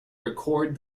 record